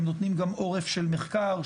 אתם נותנים גם עורף של מחקר,